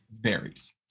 varies